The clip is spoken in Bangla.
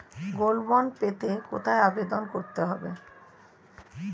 গোল্ড বন্ড পেতে কোথায় আবেদন করতে হবে?